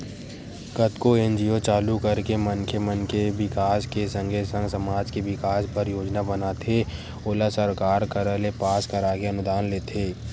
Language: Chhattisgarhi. कतको एन.जी.ओ चालू करके मनखे मन के बिकास के संगे संग समाज के बिकास बर योजना बनाथे ओला सरकार करा ले पास कराके अनुदान लेथे